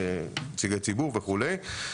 נציגי ציבור וכולי.